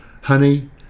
Honey